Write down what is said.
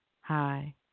Hi